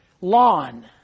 lawn